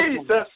Jesus